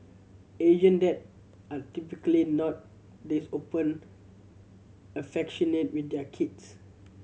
Asian dad are typically not this open affectionate with their kids